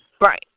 Right